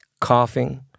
coughing